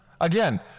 again